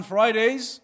Fridays